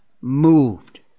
moved